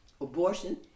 abortion